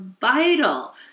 vital